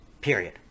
Period